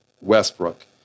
Westbrook